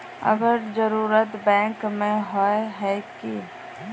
अगर जरूरत बैंक में होय है की?